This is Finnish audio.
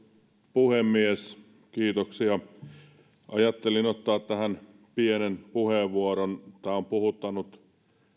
puhemies ajattelin ottaa tähän pienen puheenvuoron tämä on puhuttanut